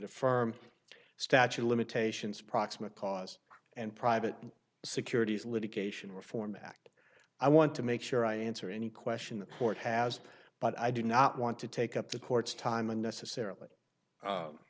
affirm statute of limitations proximate cause and private securities litigation reform act i want to make sure i answer any question the court has but i do not want to take up the court's time unnecessarily